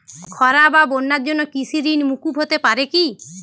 খরা বা বন্যার জন্য কৃষিঋণ মূকুপ হতে পারে কি?